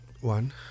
one